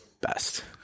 best